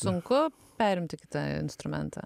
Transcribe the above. sunku perimti kitą instrumentą